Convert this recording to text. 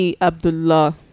Abdullah